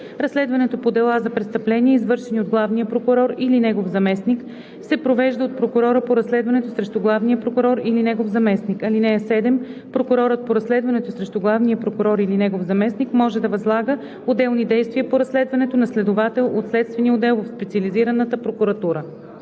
Разследването по дела за престъпления, извършени от главния прокурор или негов заместник, се провежда от прокурора по разследването срещу главния прокурор или негов заместник. (7) Прокурорът по разследването срещу главния прокурор или негов заместник може да възлага отделни действия по разследването на следовател от следствения отдел в специализираната прокуратура.“